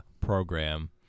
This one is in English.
program